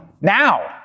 now